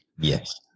Yes